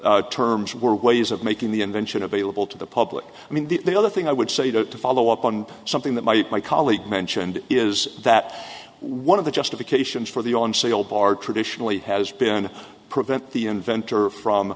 numerated terms were ways of making the invention of a lable to the public i mean the other thing i would say to follow up on something that might my colleague mentioned is that one of the justifications for the on sale bar traditionally has been prevent the inventor from